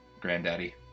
granddaddy